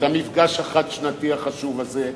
המפגש החד-שנתי החשוב הזה.